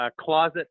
closet